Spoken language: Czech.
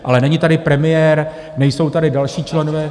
Ale není tady premiér, nejsou tady další členové...